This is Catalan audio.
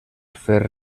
fer